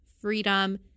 freedom